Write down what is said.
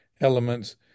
elements